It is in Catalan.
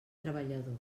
treballador